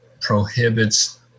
prohibits